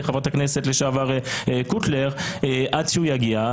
חברת הכנסת לשעבר קוטלר ועד שהוא יגיע,